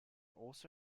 also